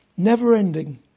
Never-ending